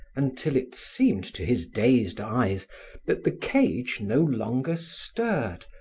until it seemed to his dazed eyes that the cage no longer stirred,